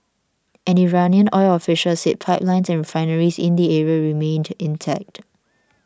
an Iranian oil official said pipelines and refineries in the area remained intact